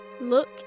Look